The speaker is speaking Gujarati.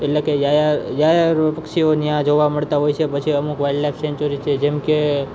એટલે કે જાહેર પક્ષીઓ ત્યાં જોવા મળતા હોય છે અમુક વાઈલ્ડ લાઈફ સેન્ચુરી જેમ કે